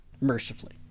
Mercifully